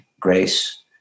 Grace